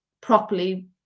properly